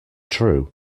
true